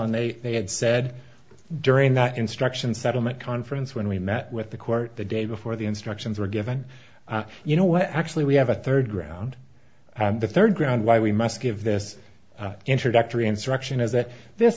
and they they had said during that instruction settlement conference when we met with the court the day before the instructions were given you know what actually we have a third and the third ground why we must give this introductory instruction is that this